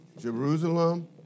Jerusalem